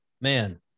man